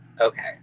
okay